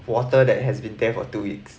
water that has been there for two weeks